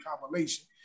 compilation